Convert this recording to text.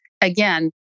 again